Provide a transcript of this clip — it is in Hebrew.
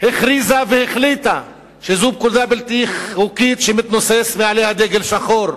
הכריזה והחליטה שזו פקודה בלתי חוקית שמתנוסס מעליה דגל שחור.